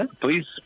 please